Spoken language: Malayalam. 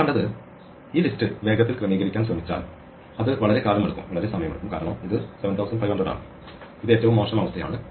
നമ്മൾ കണ്ടത് ഈ ലിസ്റ്റ് വേഗത്തിൽ ക്രമീകരിക്കാൻ ശ്രമിച്ചാൽ അത് വളരെക്കാലം എടുക്കും കാരണം ഇത് 7500 ആണ് ഇത് ഏറ്റവും മോശം അവസ്ഥയാണ്